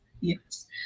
yes